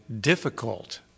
difficult